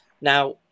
Now